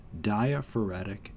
diaphoretic